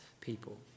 people